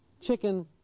Chicken